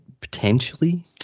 potentially